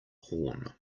horn